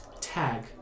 tag